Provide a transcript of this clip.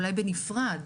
אולי בנפרד.